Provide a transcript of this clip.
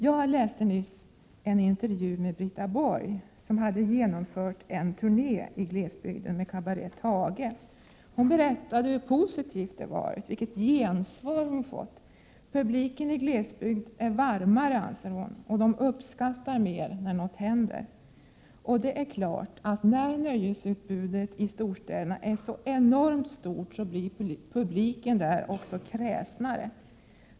Jag läste nyss en intervju med Brita Borg, som hade genomfört en turné i glesbygden med Cabaret Tage. Hon berättade hur positivt det hade varit, vilket gensvar hon fått. Publiken i glesbygd är varmare ansåg hon, och de uppskattar mer när något händer. Och det är klart, att när nöjesutbudet i storstäderna är så enormt stort, blir även publiken där kräsnare.